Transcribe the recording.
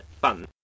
fun